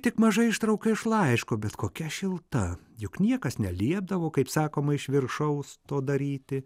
tik maža ištrauka iš laiško bet kokia šilta juk niekas neliepdavo kaip sakoma iš viršaus to daryti